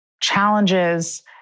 challenges